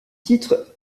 titre